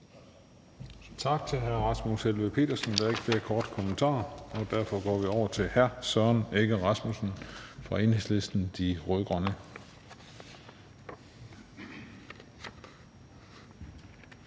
Tak til hr. Rasmus Helveg Petersen. Der er ikke flere korte bemærkninger. Derfor går vi over til hr. Søren Egge Rasmussen fra Enhedslisten – De Rød-Grønne.